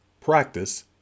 practice